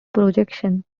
projection